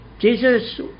Jesus